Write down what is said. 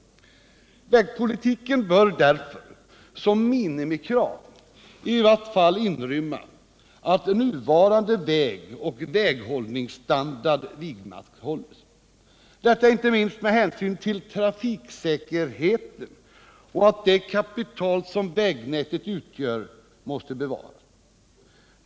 Vägpolitiken bör därför som minimikrav i varje fall inrymma att nuvarande vägoch väghållningsstandard vidmakthålles — detta inte minst med hänsyn till trafiksäkerheten och till att det kapital som vägnätet utgör måste bevaras.